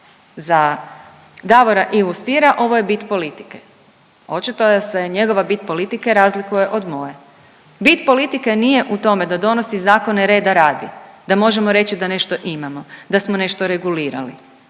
Za Davora Ivu Stiera ovo je bit politike, očito se njegova bit politike razlikuje od moje. Bit politike nije u tome da donosi zakone reda radi, da možemo reći da nešto imamo, da smo nešto regulirali,